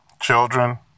Children